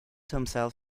himself